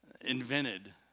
invented